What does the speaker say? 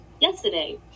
yesterday